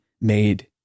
made